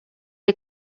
est